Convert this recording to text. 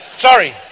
Sorry